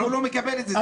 אבל הוא לא מקבל את זה.